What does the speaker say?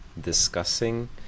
discussing